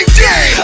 day